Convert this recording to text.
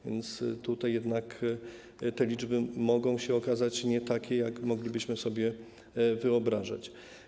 Więc tutaj jednak te liczby mogą się okazać nie takie, jak to moglibyśmy sobie wyobrażać.